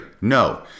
no